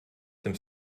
dem